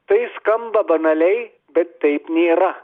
tai skamba banaliai bet taip nėra